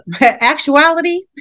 actuality